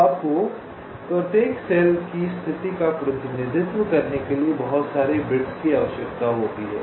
तो आपको प्रत्येक सेल की स्थिति का प्रतिनिधित्व करने के लिए बहुत सारे बिट्स की आवश्यकता होती है